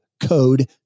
code